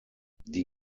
die